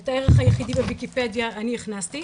את הערך היחידי בויקיפדיה אני הכנסתי.